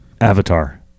Avatar